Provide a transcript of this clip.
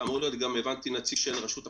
והבנתי שאמור להיות נציג של רשות החברות,